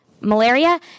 malaria